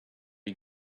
you